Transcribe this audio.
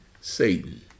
Satan